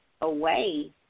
away